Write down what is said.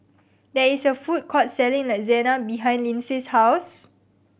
there is a food court selling Lasagna behind Lynsey's house